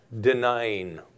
denying